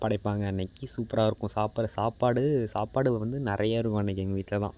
படைப்பாங்க அன்னைக்கு சூப்பராயிருக்கும் சாப்பாடு சாப்பாடு சாப்பாடு வந்து நிறையா இருக்கும் அன்னைக்கு எங்கள் வீட்டில் தான்